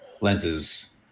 lenses